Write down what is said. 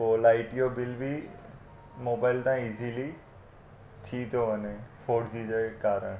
पोइ लाइट जो बिल बि मोबाइल सां इजीली थी थो वञे फोर जी जे कारण